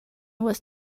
was